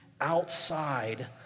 outside